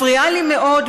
היא מפריעה לי מאוד,